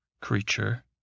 creature